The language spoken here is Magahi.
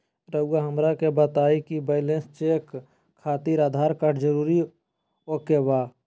रउआ हमरा के बताए कि बैलेंस चेक खातिर आधार कार्ड जरूर ओके बाय?